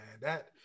that-